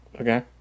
Okay